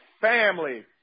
Family